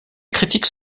critiques